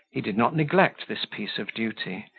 he did not neglect this piece of duty,